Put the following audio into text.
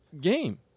game